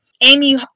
Amy